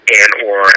and/or